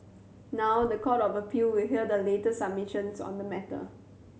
now the Court of Appeal will hear the latest submissions on the matter